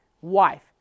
wife